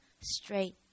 straight